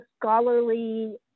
scholarly